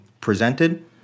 presented